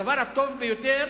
הדבר הטוב ביותר,